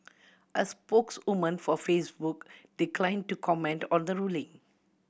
a spokeswoman for Facebook declined to comment on the ruling